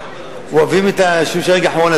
ואוהבים את האנשים של הרגע האחרון,